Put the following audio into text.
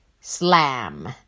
Slam